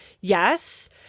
Yes